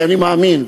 שאני מאמין,